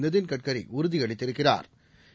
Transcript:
நிதின் கட்காரி உறுதி அளித்திருக்கிறாா்